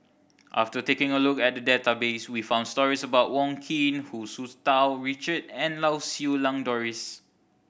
after taking a look at the database we found stories about Wong Keen Hu Tsu Tau Richard and Lau Siew Lang Doris